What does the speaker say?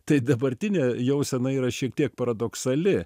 tai dabartinė jausena yra šiek tiek paradoksali